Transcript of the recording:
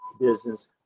business